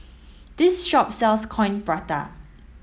this shop sells coin prata